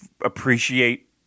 appreciate